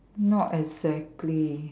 not exactly